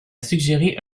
suggéré